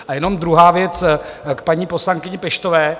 A jenom druhá věc k paní poslankyni Peštové.